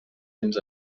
fins